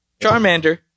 Charmander